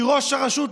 כי ראש הרשות,